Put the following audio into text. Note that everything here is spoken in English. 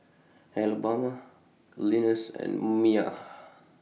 Alabama Linus and Mia